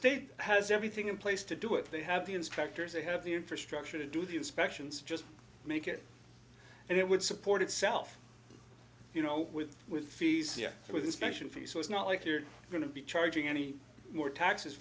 state has everything in place to do it they have the instructors they have the infrastructure to do the inspections just make it and it would support itself you know with with fees and with inspection fees so it's not like you're going to be charging any more taxes